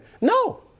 no